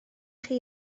chi